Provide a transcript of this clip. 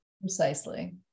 Precisely